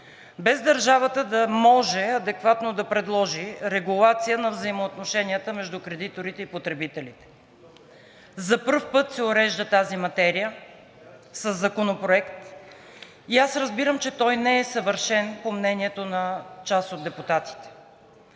без държавата да може адекватно да предложи регулация на взаимоотношенията между кредиторите и потребителите. За пръв път тази материя се урежда със законопроект и аз разбирам, че той не е съвършен – по мнението на част от депутатите.